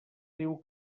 diu